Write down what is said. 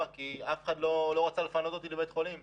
כי אף אחד דלא רצה לפנות אותי לבית חולים.